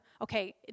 okay